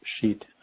sheet